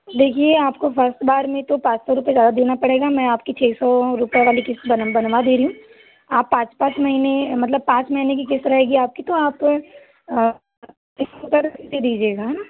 देखिए आपको फर्स्ट बार में तो पाँच सौ रुपये ज़्यादा देना पड़ेगा मैं आपकी छः सौ रुपए वाली क़िस्त बना बनवा दे रही हूँ आप पाँच पाँच महीने मतलब पाँच महीने की क़िस्त रहेगी आप की तो आप रुपए दीजिएगा है न